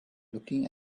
looking